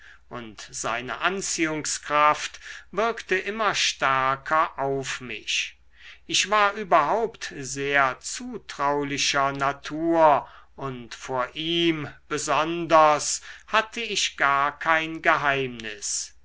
und seine anziehungskraft wirkte immer stärker auf mich ich war überhaupt sehr zutraulicher natur und vor ihm besonders hatte ich gar kein geheimnis